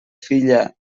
filla